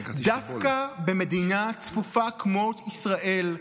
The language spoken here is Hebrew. דווקא במדינה צפופה כמו ישראל,